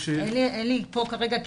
אין לי פה כרגע,